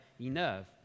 enough